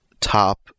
top